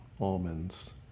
almonds